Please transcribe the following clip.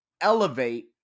elevate